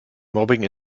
mobbing